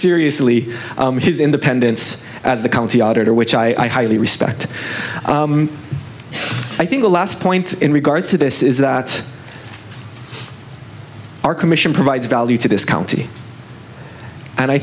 seriously his independence as the county auditor which i highly respect i think the last point in regards to this is that our commission provides value to this county and i